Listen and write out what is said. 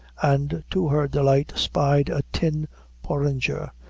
and to her delight spied a tin porringer,